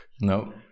No